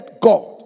God